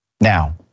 Now